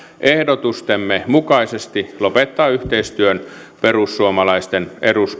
ehdotustemme mukaisesti lopettaa yhteistyön perussuomalaisten